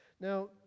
Now